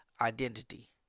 identity